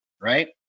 Right